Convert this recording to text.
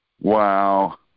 Wow